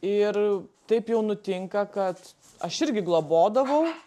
ir taip jau nutinka kad aš irgi globodavau